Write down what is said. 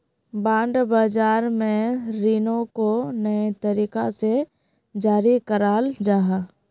bond बाज़ार में रीनो को नए तरीका से जारी कराल जाहा